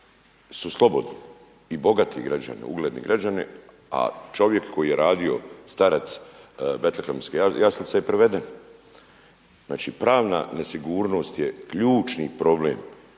su slobodni i bogati građani, ugledni građani, a čovjek koji je radio starac Betlehemske jaslice je priveden. Znači pravna nesigurnost je ključni problem.